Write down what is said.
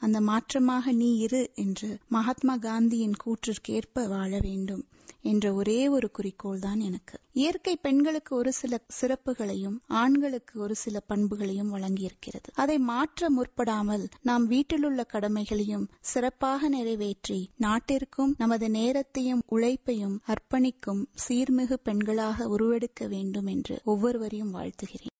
அந்த மாற்றமாக நீ இரு என்று மகாத்மா காந்தியின் கூற்றுக்கேற்ப வாழ வேண்டும் என்ற ஒரே ஒரு குறிக்கோள் தான் எனக்கு இயற்கை பெண்களுக்கு ஒரு சில சிறப்புகளையும் ஆண்களுக்கு ஒரு சில பண்புகளையும் வழங்கியிருக்கிறது அதை மாற்ற முற்படாமல் நாம் வீட்டிலுள்ள கடலைகளையும் சிறப்பாக நிறைவேற்றி நாட்டிற்கும் நமது நோத்தையும் உழைப்பயும் அற்ப்பணிக்கும் சீர்மிகு பெண்களாக உருவெடுக்க வேண்டும் என்று ஒவ்வொரையும் வாழ்த்துகிறேன்